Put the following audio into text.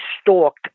stalked